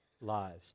lives